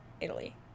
Italy